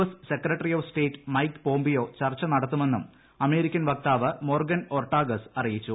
S secretary of state Mike Pompeo ചർച്ച നടത്തുമെന്നും American വക്താവ് മൊർഗൻ ഒർട്ടാഗസ് അറിയിച്ചു